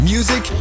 Music